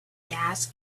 gas